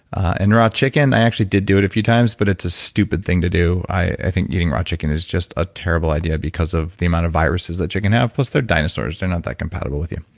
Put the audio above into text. and raw chicken i actually did do it a few times but it's a stupid thing to do. i think eating raw chicken is just a terrible idea because of the amount of viruses that chicken have. let's think dinosaurs, they're not that compatible with you.